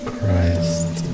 Christ